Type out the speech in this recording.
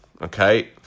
okay